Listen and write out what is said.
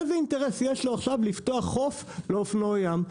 איזה אינטרס יש לו עכשיו לפתוח חוף לאופנועי ים?